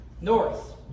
north